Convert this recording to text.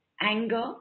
anger